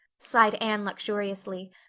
sighed anne luxuriously,